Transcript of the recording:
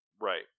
Right